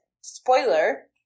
spoiler